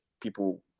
people